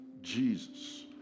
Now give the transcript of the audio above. Jesus